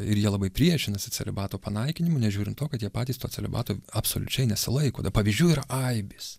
ir jie labai priešinasi celibato panaikinimui nežiūrint to kad jie patys to celibato absoliučiai nesilaiko pavyzdžių yra aibės